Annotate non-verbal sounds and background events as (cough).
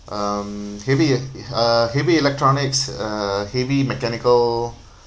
um heavy e~ uh heavy electronics uh heavy mechanical (breath)